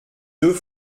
deux